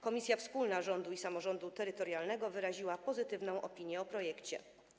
Komisja Wspólna Rządu i Samorządu Terytorialnego wyraziła pozytywną opinię o projekcie.